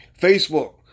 facebook